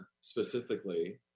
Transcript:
specifically